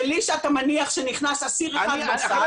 בלי שאתה מניח שנכנס אסיר אחד --- אחרי